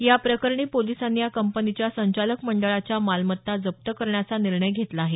याप्रकरणी पोलिसांनी या कंपनीच्या संचालक मंडळाच्या मालमत्ता जप्त करण्याचा निर्णय घेतला आहे